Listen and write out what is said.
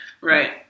Right